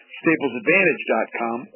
staplesadvantage.com